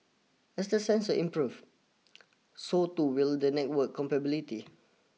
as the sensor improve so too will the network